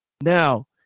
Now